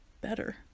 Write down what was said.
better